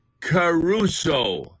caruso